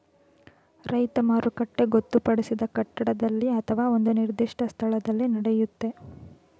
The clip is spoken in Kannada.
ರೈತ ಮಾರುಕಟ್ಟೆ ಗೊತ್ತುಪಡಿಸಿದ ಕಟ್ಟಡದಲ್ಲಿ ಅತ್ವ ಒಂದು ನಿರ್ದಿಷ್ಟ ಸ್ಥಳದಲ್ಲಿ ನಡೆಯುತ್ತೆ